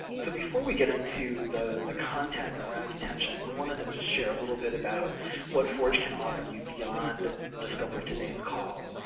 so before we get into the the content around detention, we wanted to just share a little bit about what forge can offer you beyond the scope of today's call.